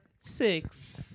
six